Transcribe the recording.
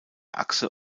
achse